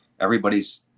everybody's